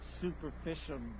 superficial